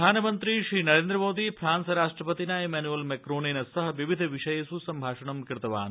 प्रधानमन्त्री श्री नरेन्द्रमोदी फ्रांस राष्ट्रपतिना इनैनुअल मैक्रोनेन सह विविध विषयेष् सम्भाषणं क्रतवान्